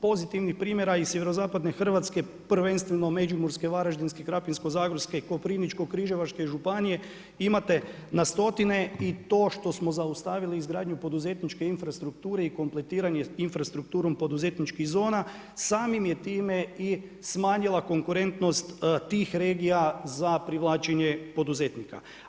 Pozitivnih primjera iz Sjeverozapadne Hrvatske prvenstvo Međimurske, Varaždinske, Krapinsko-zagorske i Koprivničko-križevačke županije imate na stotine i to što smo zaustavili izgradnju poduzetničke infrastrukture i kompletiranje infrastrukturom poduzetničkih zona samim je time i smanjila konkurentnost tih regija za privlačenje poduzetnika.